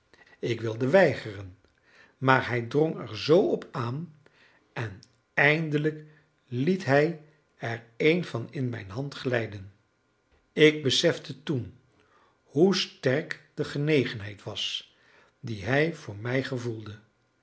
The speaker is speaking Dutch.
ik wilde weigeren maar hij drong er zoo op aan en eindelijk liet hij er een van in mijn hand glijden ik besefte toen hoe sterk de genegenheid was die hij voor mij gevoelde